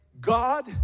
God